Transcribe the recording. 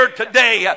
today